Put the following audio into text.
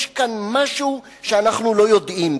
יש כאן משהו שאנחנו לא יודעים.